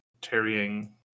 tarrying